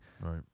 Right